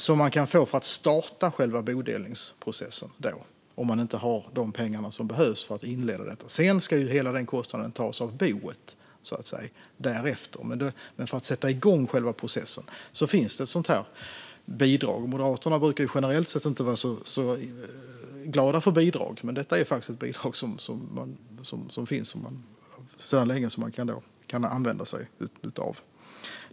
Det kan man då få för att starta själva bodelningsprocessen, om man inte har de pengar som behövs för att inleda den. Sedan ska hela den kostnaden tas av boet, så att säga. Men för att sätta igång själva processen finns det ett sådant bidrag. Moderaterna brukar generellt sett inte vara glada för bidrag, men detta är faktiskt ett bidrag som finns sedan länge och som man kan använda sig av.